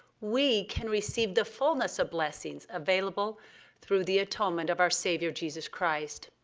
we can receive the fulness of blessings available through the atonement of our savior, jesus christ.